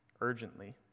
urgently